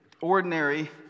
ordinary